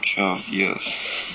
twelve years